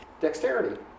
dexterity